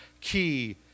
key